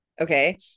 okay